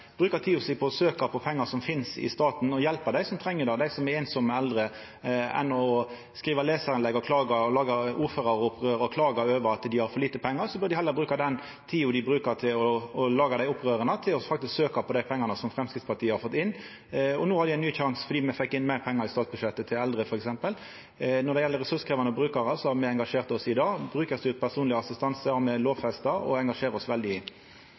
på å søkja på pengar som finst i staten, og hjelpa dei som treng det, dei som er einsame, eldre, enn å skriva lesarinnlegg og klaga og laga ordføraropprør. I staden for å klaga over at dei har for lite pengar, bør dei heller bruka den tida dei brukar til å laga desse opprøra, til faktisk å søkja på dei pengane som Framstegspartiet har fått inn. Og no har dei ein ny sjanse fordi me fekk inn meir pengar i statsbudsjettet til f.eks. eldre. Når det gjeld ressurskrevjande brukarar, har me engasjert oss i det. Brukarstyrt personleg assistanse har me lovfesta og engasjerer oss veldig